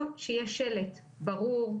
או שיש שלט ברור,